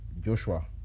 Joshua